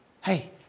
Hey